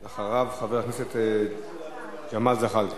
אחריו, חבר הכנסת ג'מאל זחאלקה.